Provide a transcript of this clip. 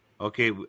Okay